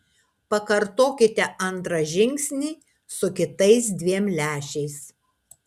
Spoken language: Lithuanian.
pakartokite antrą žingsnį su kitais dviem lęšiais